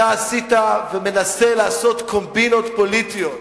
אתה עשית ומנסה לעשות קומבינות פוליטיות.